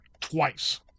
twice